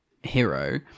hero